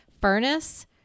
furnace